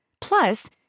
Plus